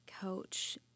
coach